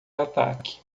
ataque